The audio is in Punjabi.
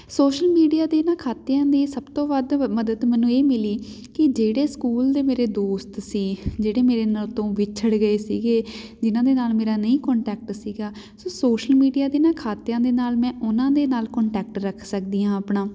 ਸੋਸ਼ਲ ਮੀਡੀਆ ਦੇ ਇਹਨਾਂ ਖਾਤਿਆਂ ਦੀ ਸਭ ਤੋਂ ਵੱਧ ਮਦਦ ਮੈਨੂੰ ਇਹ ਮਿਲੀ ਕਿ ਜਿਹੜੇ ਸਕੂਲ ਦੇ ਮੇਰੇ ਦੋਸਤ ਸੀ ਜਿਹੜੇ ਮੇਰੇ ਨਾਲ ਤੋਂ ਵਿਛੜ ਗਏ ਸੀਗੇ ਜਿਹਨਾਂ ਦੇ ਨਾਲ ਮੇਰਾ ਨਹੀਂ ਕੋਟੈਂਕਟ ਸੀਗਾ ਸੋ ਸੋਸ਼ਲ ਮੀਡੀਆ ਦੇ ਇਹਨਾਂ ਖਾਤਿਆਂ ਦੇ ਨਾਲ ਮੈਂ ਉਹਨਾਂ ਦੇ ਨਾਲ ਕੋਟੈਂਕਟ ਰੱਖ ਸਕਦੀ ਹਾਂ ਆਪਣਾ